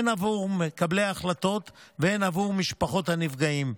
הן עבור מקבלי ההחלטות והן עבור משפחות הנפגעים,